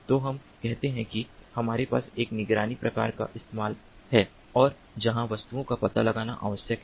तो हम कहते हैं कि हमारे पास एक निगरानी प्रकार का इस्तेमाल है और जहाँ वस्तुओं का पता लगाना आवश्यक है